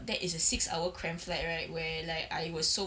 that is a six hour crammed flight right where like I was so